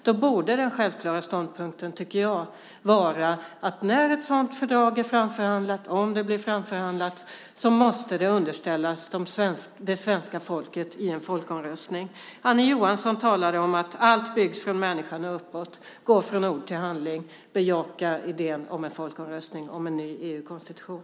Då borde den självklara ståndpunkten vara att när ett sådant fördrag är framförhandlat, om det blir framförhandlat, måste det underställas det svenska folket i en folkomröstning. Annie Johansson talade om att allt byggs från människan och uppåt. Gå från ord till handling! Bejaka idén om en folkomröstning om en ny EU-konstitution!